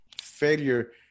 failure